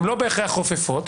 הן לא בהכרח חופפות.